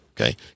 okay